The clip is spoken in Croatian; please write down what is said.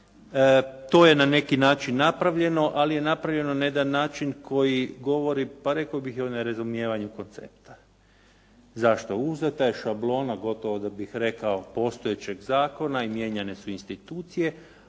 To je na neki način napravljeno, ali je napravljeno na jedan način koji govori, pa rekao bih i o nerazumijevanju koncepta. Zašto? Uzeta je šablona gotovo da bih rekao postojećeg zakona i mijenjane su institucije,